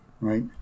Right